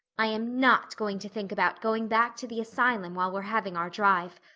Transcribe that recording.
i am not going to think about going back to the asylum while we're having our drive.